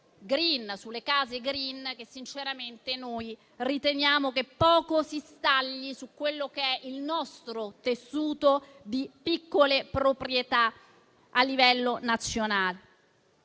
sulle case *green*, che sinceramente riteniamo che poco si addica al nostro tessuto di piccole proprietà a livello nazionale.